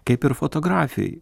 kaip ir fotografijoj